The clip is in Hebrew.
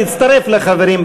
תצטרף לחברים,